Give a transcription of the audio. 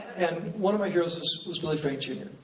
and one of my heroes was billy frank jr.